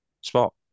spot